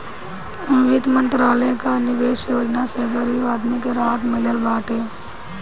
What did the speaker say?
वित्त मंत्रालय कअ निवेश योजना से गरीब आदमी के राहत मिलत बाटे